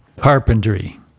carpentry